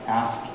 ask